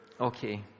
okay